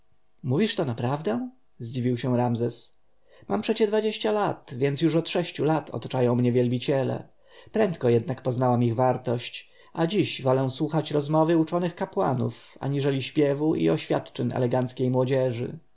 to naprawdę dziwił się ramzes mam przecie dwadzieścia lat więc już od sześciu lat otaczają mnie wielbiciele prędko jednak poznałam ich wartość a dziś wolę słuchać rozmowy uczonych kapłanów aniżeli śpiewów i oświadczyn eleganckiej młodzieży